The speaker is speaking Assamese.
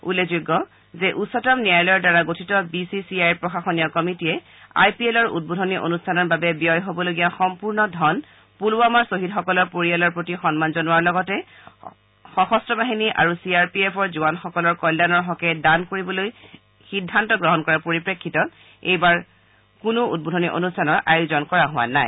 উল্লেখযোগ্য যে উচ্চতম ন্যায়ালয়ৰ দ্বাৰা গঠিত বি চি চি আইৰ প্ৰশাসনীয় কমিটীয়ে আই পি এলৰ উদ্বোধনী অনুষ্ঠানৰ বাবে ব্যয় হবলগীয়া সম্পূৰ্ণ ধন পূলৱামাৰ ছহিদসকলৰ পৰিয়ালৰ প্ৰতি সন্মান জনোৱাৰ লগতে সশস্ত্ৰ বাহিনী আৰু চি আৰ পি এফ জোৱানসকলৰ কল্যাণৰ হকে দান কৰিবলৈ সিদ্ধান্ত গ্ৰহণ কৰাৰ পৰিপ্ৰেক্ষিতত এইবাৰ কোনো অনুষ্ঠানৰ আয়োজন কৰা হোৱা নাই